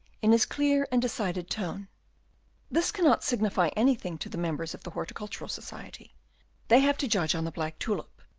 in his clear and decided tone this cannot signify anything to the members of the horticultural society they have to judge on the black tulip,